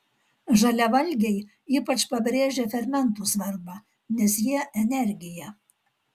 žaliavalgiai ypač pabrėžia fermentų svarbą nes jie energija